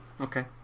Okay